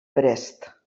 brest